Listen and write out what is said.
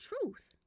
truth